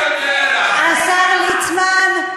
השר ליצמן,